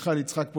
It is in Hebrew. "היכל יצחק",